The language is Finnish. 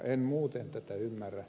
en muuten tätä ymmärrä